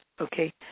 okay